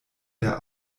der